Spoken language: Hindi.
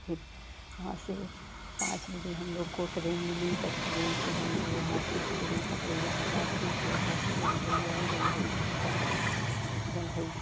फिर वहाँ से पाँच बजे में हम लोग को ट्रेन मिली तब ट्रेन से हम लोग वहाँ से ट्रेन पकड़े इलाहाबाद से फिर वहाँ से जंघई आए जंघई से जंघई